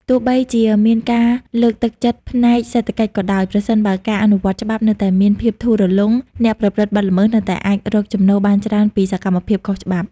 ទោះបីជាមានការលើកទឹកចិត្តផ្នែកសេដ្ឋកិច្ចក៏ដោយ ប្រសិនបើការអនុវត្តច្បាប់នៅតែមានភាពធូររលុង អ្នកប្រព្រឹត្តបទល្មើសនៅតែអាចរកចំណូលបានច្រើនពីសកម្មភាពខុសច្បាប់។